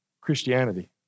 Christianity